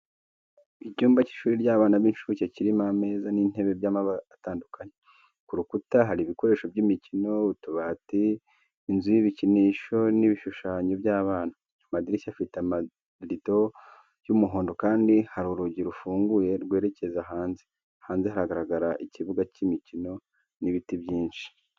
Icyumba cy'ishuri ry’abana b'inshuke kirimo ameza n'intebe by'amabara atandukanye. Ku rukuta hari ibikoresho by'imikino, utubati, inzu y’ibikinisho n'ibishushanyo by'abana. Amadirishya afite amarido y'umuhondo kandi hari urugi rufunguye rwerekeza hanze. Hanze hagaragara ikibuga k'imikino n'ibiti byinshi.